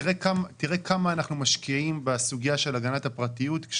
תראה כמה אנחנו משקיעים בסוגיה של הגנת הפרטיות.